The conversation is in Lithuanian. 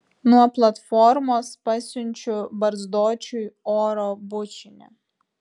nuo platformos pasiunčiu barzdočiui oro bučinį